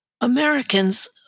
Americans